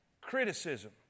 criticism